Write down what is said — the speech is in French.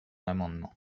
amendement